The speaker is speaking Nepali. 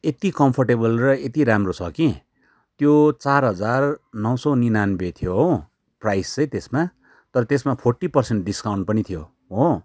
यत्ति कम्फर्टेबल र यत्ति राम्रो छ कि त्यो चार हजार नौ सौ निनान्बे थियो हो प्राइस चाहिँ त्यसमा तर त्यसमा फोर्टी पर्सेन्ट डिस्काउन्ट पनि थियो हो